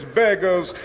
beggars